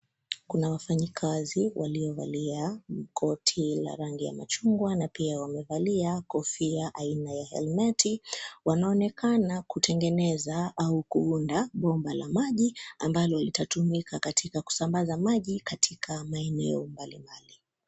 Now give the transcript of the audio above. Kuna wafanyakazi waliovalia koti la rangi ya machungwa na pia wamevalia kofia aina ya helmeti. Wanaonekana kutengeneza au kuunda bomba la maji ambalo litatumika katika kusambaza maji katika maeneo mbalimbali.